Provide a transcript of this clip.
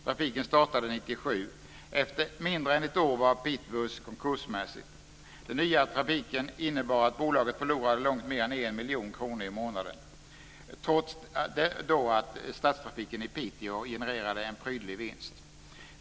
Trafiken startade 1997. Den nya trafiken innebar att bolaget förlorade långt mer än 1 miljon kronor i månaden, trots att stadstrafiken i Piteå genererade en prydlig vinst.